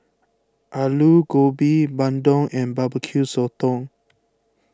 Aloo Gobi Bandung and Barbecue Sotong